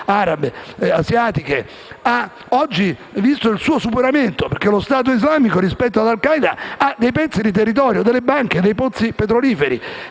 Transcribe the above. arabe e asiatiche, ha visto il suo superamento, perché lo Stato islamico, rispetto ad Al Qaeda, ha pezzi di territorio, banche e pozzi petroliferi.